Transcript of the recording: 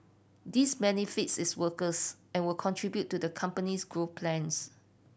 this benefits its workers and will contribute to the company's growth plans